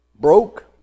Broke